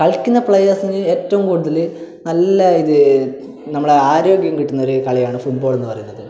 കളിക്കുന്ന പ്ലയേഴ്സിന് ഏറ്റവും കൂടുതൽ നല്ല ഇത് നമ്മളെ ആരോഗ്യം കിട്ടുന്ന ഒരു കളിയാണ് ഫുട്ബോളെന്ന് പറയുന്നത്